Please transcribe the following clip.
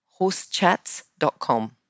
Horsechats.com